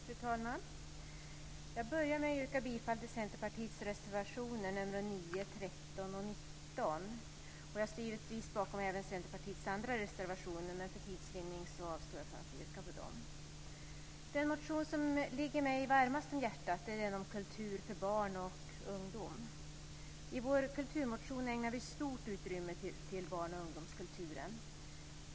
Fru talman! Jag börjar med att yrka bifall till Centerpartiets reservationer nr 9, 13 och 19. Jag står givetvis bakom även Centerpartiets andra reservationer, men för tids vinning avstår jag från att yrka på dem. Den motion som ligger mig varmast om hjärtat än den om kultur för barn och ungdom. I vår kulturmotion ägnar vi stort utrymme till barn och ungdomskulturen.